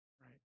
right